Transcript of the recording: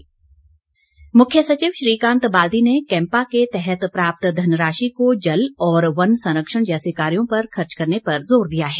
मुख्य सचिव मुख्य सचिव श्रीकांत बाल्दी ने कैम्पा के तहत प्राप्त धनराशि को जल और वन संरक्षण जैसे कार्यो पर खर्च करने पर जोर दिया है